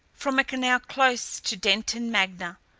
from a canal close to detton magna.